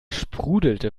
sprudelte